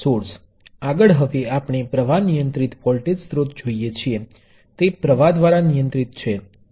છેલ્લે પ્ર્વાહ નિયંત્રિત પ્ર્વાહ સ્ત્રોતો પર વિચારણા કરવામાં આવશે